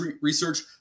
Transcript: research